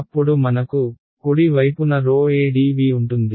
అప్పుడు మనకు కుడి వైపున edv ఉంటుంది